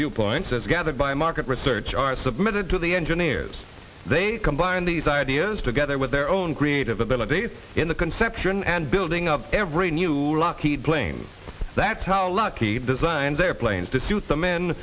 viewpoints as gathered by market research are submitted to the engineers they combine these ideas together with their own creative abilities in the conception and building of every new lockheed plane that's how lucky designed their planes to suit the men